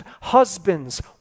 husbands